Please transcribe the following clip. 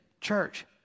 church